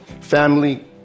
Family